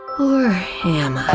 or am i?